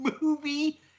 movie